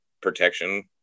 protection